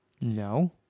No